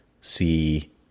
see